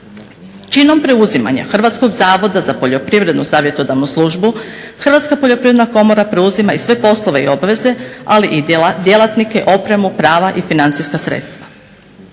Činom preuzimanja Hrvatskog zavoda za poljoprivrednu savjetodavnu službu Hrvatska poljoprivredna komora preuzima i sve poslove i obveze, ali i djelatnike, opremu, prava i financijska sredstva.